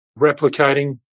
replicating